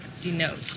denote